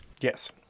Yes